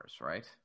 right